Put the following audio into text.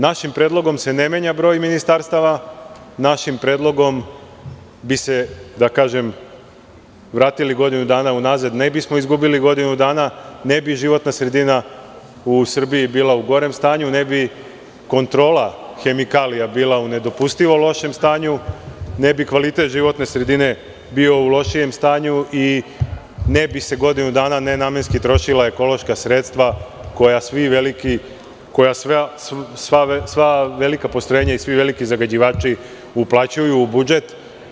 Našim predlogom se ne menja broj ministarstava, našim predlogom bi se, da kažem, vratili godinu dana u nazad, ne bi smo izgubili godinu dana, ne bi životna sredina u Srbiji bila u gorem stanju, ne bi kontrola hemikalija bila u nedopustivo lošem stanju, ne bi kvalitet životne sredine bio u lošijem stanju i ne bi se godinu dana nenamenski trošila ekološka sredstva koja sva velika postrojenja i svi veliki zagađivači uplaćuju u budžet.